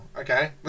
okay